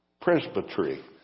presbytery